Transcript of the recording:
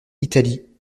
italie